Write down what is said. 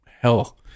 hell